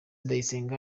ndayisenga